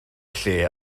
lle